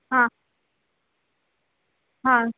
हां हां